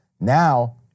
Now